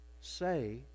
say